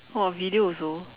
!wah! video also